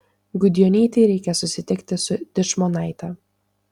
gudjonytei reikės susitikti ir su dičmonaite